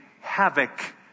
havoc